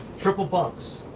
triple bunks.